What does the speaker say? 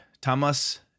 Thomas